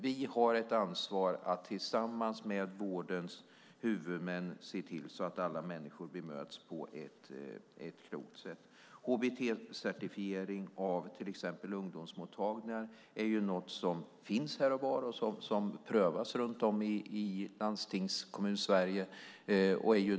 Vi har ett ansvar att tillsammans med vårdens huvudmän se till att alla människor bemöts på ett klokt sätt. Hbt-certifiering av till exempel ungdomsmottagningar finns här och var; det prövas runt om i Landstings och Kommunsverige.